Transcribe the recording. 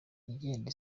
igenda